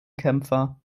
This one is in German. kämpfer